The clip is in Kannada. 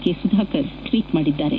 ಕೆ ಸುಧಾಕರ್ ಟ್ವೀಟ್ ಮಾಡಿದ್ದಾರೆ